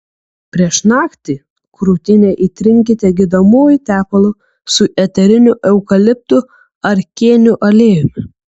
prieš naktį krūtinę įtrinkite gydomuoju tepalu su eteriniu eukaliptų ar kėnių aliejumi